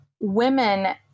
women